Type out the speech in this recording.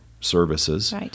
services